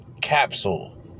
Capsule